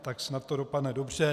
Tak snad to dopadne dobře.